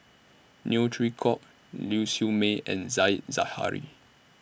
Neo Chwee Kok Ling Siew May and Said Zahari